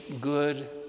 good